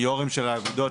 יושבי הראש של האגודות,